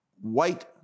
white